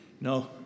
No